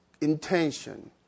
intention